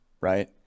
right